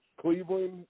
Cleveland